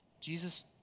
Jesus